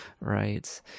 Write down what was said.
Right